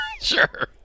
Sure